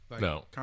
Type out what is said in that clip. No